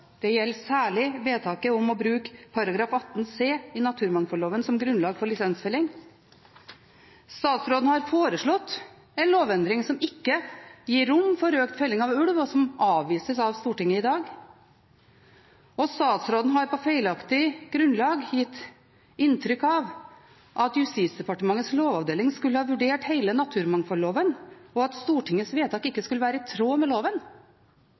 Det gjelder særlig vedtaket om å bruke § 18 bokstav c i naturmangfoldloven som grunnlag for lisensfelling. Statsråden har foreslått en lovendring som ikke gir rom for økt felling av ulv, og som avvises av Stortinget i dag. Statsråden har på feilaktig grunnlag gitt inntrykk av at Justisdepartementets lovavdeling skulle ha vurdert hele naturmangfoldloven, og at Stortingets vedtak ikke skulle være i tråd med loven.